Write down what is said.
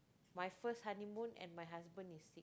my first honeymoon and my husband is